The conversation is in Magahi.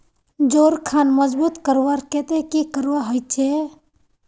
जोड़ खान मजबूत करवार केते की करवा होचए?